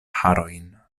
harojn